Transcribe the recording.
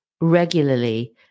regularly